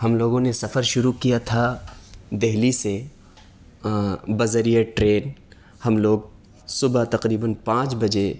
ہم لوگوں نے سفر شروع کیا تھا دہلی سے بذریعۂ ٹرین ہم لوگ صبح تقریباً پانچ بجے